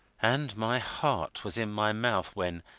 and my heart was in my mouth when,